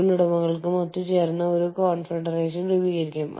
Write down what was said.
നിങ്ങളുടെ ആവശ്യങ്ങൾക്കനുസരിച്ച് നിങ്ങൾ നിങ്ങളുടെ ഫാക്ടറി രൂപകൽപ്പന ചെയ്യുന്നു